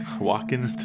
walking